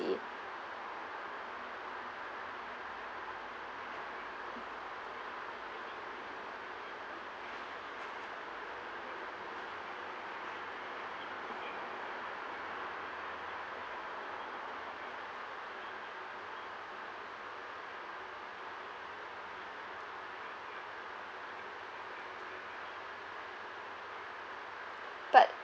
~cy but